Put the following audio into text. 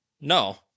No